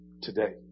today